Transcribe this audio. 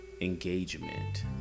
engagement